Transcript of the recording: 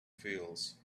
fields